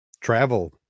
travel